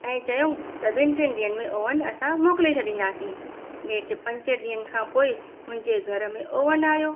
ऐं चयूं त ॿिनि ट्रिनि ॾींहंनि में ओवन असां मोकिले छॾींदासीं नेट पंज ॾींहंनि खां पोइ मुंहिंजे घर में ओवन आहियो